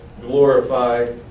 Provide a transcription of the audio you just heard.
glorify